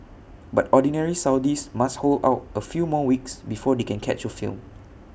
but Ordinary Saudis must hold out A few more weeks before they can catch A film